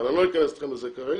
אבל אני לא אכנס אתכם על זה כרגע.